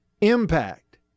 impact